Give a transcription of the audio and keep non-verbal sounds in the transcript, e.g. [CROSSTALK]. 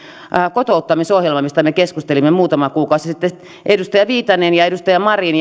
kotouttamisohjelma mistä me keskustelimme muutama kuukausi sitten edustaja viitanen ja edustaja marin [UNINTELLIGIBLE]